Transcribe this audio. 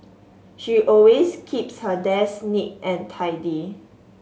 she always keeps her desk neat and tidy